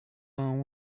vingt